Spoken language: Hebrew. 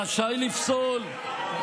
רשאי לפסול.